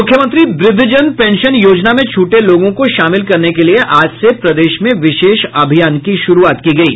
मुख्यमंत्री वृद्धजन पेंशन योजना में छूटे लोगों को शामिल करने के लिए आज से प्रदेश में विशेष अभियान की शुरूआत की गयी